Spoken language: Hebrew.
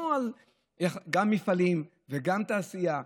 גם מפעלים וגם תעשייה,